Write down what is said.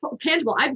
tangible